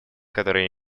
которые